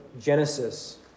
Genesis